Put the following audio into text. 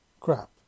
Crap